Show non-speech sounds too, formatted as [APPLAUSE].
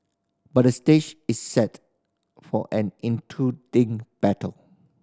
but the stage is set for an [UNINTELLIGIBLE] battle